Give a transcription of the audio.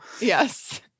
Yes